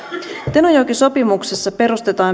tenojoki sopimuksessa perustetaan